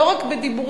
לא רק בדיבורים,